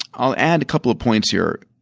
i will add a couple of points here,